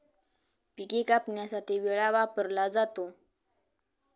पिके कापण्यासाठी विळा वापरला जातो